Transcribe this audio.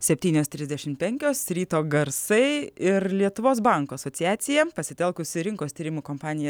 septynios trisdešimt penkios ryto garsai ir lietuvos bankų asociacija pasitelkusi rinkos tyrimų kompaniją